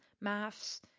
maths